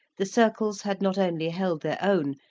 the circles had not only held their own,